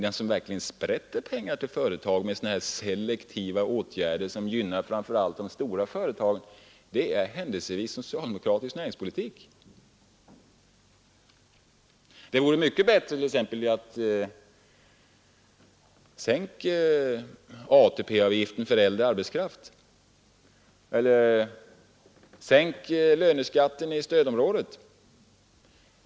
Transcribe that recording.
Den som verkligen sprätter pengar till företagen med sådana här selektiva åtgärder, vilka framför allt gynnar de stora företagen, det är händelsevis socialdemokratin genom sin näringspolitik. Det vore exempelvis mycket bättre att sänka ATP-avgiften för äldre arbetskraft eller att sänka löneskatten i stödområdet.